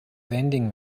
vending